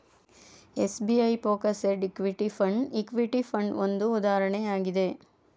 SBI focused equity fund, equity fund ಒಂದು ಉದಾಹರಣೆ ಆಗಿದೆ